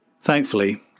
Thankfully